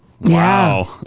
Wow